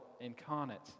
incarnate